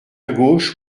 gauche